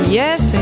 yes